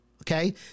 Okay